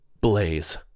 Blaze